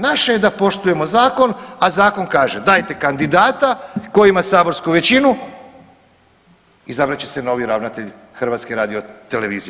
Naše je da poštujemo zakon, a zakon kaže dajte kandidata koji ima saborsku većinu, izabrat će se novi ravnatelj HRT-a.